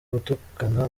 gutukana